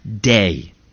day